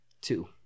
two